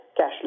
cashless